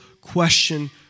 question